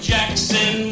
Jackson